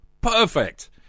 Perfect